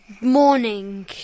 morning